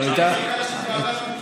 אני ביקשתי ועדת חוקה.